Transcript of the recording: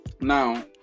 Now